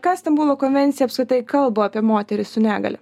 ką stambulo konvencija apskritai kalba apie moteris su negalia